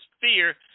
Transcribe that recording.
fear